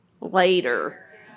later